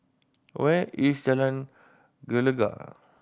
where is Jalan Gelegar